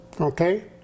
Okay